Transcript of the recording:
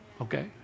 Okay